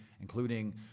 including